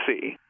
see